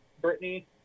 Brittany